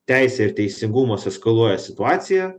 teisė ir teisingumas eskaluoja situaciją